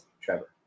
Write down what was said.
Trevor